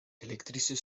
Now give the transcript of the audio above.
elektrische